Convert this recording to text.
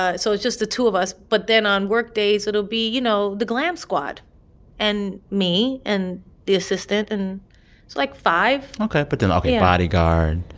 ah so it's just the two of us. but then on work days, it will be, you know, the glam squad and me and the assistant. and it's like five ok, but then the bodyguard,